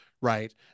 right